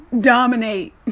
dominate